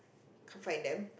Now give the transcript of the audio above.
can't find them